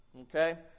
okay